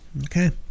Okay